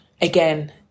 Again